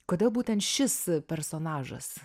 kodėl būtent šis personažas